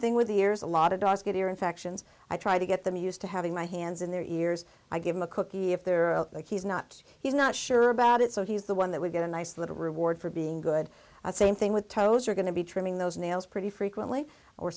thing with ears a lot of dogs get ear infections i try to get them used to having my hands in their ears i give him a cookie if they're like he's not he's not sure about it so he's the one that would get a nice little reward for being good at same thing with toes you're going to be trimming those nails pretty frequently or